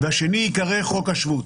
והשני ייקרא חוק השבות.